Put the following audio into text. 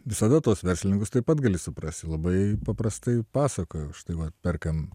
visada tuos verslininkus taip pat gali suprasti labai paprastai pasakojo štai va perkam